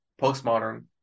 postmodern